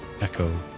echo